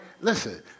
Listen